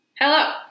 Hello